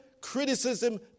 criticism